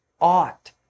ought